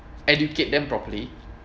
educate them properly